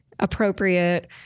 appropriate